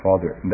Father